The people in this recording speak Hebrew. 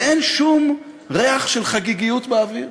ואין שום ריח של חגיגיות באוויר.